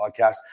Podcast